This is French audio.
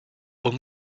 aux